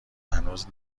هنوز